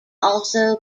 also